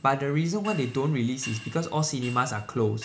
but the reason why they don't release is because all cinemas are closed